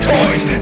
Toys